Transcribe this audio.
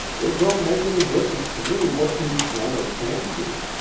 it don't make any difference to me what you can or can't do.